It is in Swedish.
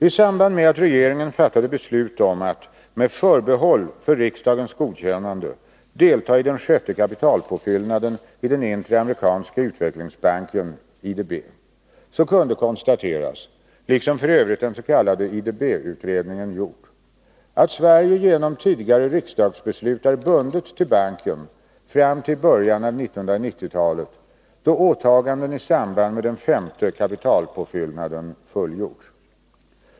I samband med att regeringen fattade beslut om att, med förbehåll för riksdagens godkännande, delta i den sjätte kapitalpåfyllnaden i den interamerikanska utvecklingsbanken kunde konstateras, liksom f. ö. dens.k. IDB-utredningen gjort, att Sverige genom tidigare riksdagsbeslut är bundet till banken fram till början av 1990-talet, då åtaganden i samband med den femte kapitalpåfyllnaden fullgjorts.